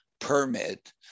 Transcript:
permit